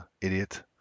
idiot